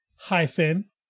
hyphen